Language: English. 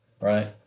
right